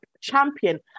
champion